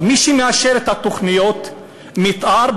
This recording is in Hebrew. מי שמאשרת את תוכניות המתאר,